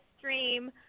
stream